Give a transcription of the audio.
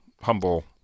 humble